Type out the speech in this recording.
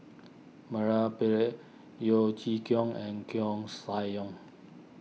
Mura Pillai Yeo Chee Kiong and Koeh Sia Yong